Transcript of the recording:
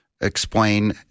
explain